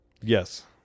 Yes